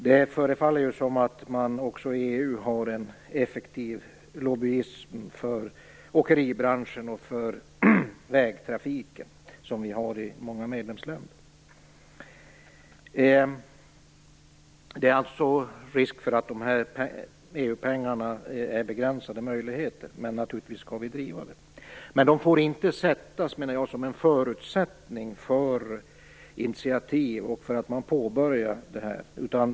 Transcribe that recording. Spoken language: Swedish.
Det förefaller som om man i EU liksom i många medlemsländer har en effektiv lobbyverksamhet för åkeribranschen och för vägtrafiken. Det är alltså risk för att möjligheterna att få tillgång till EU-pengar är begränsade, men naturligtvis skall vi driva den frågan. De får dock enligt min mening inte betraktas som en förutsättning för initiativ och för påbörjande av projektet.